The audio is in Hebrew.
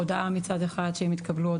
הודעה מצד אחד שהם התקבלו,